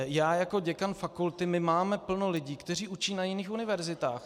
Já jako děkan fakulty, my máme plno lidí, kteří učí na jiných univerzitách.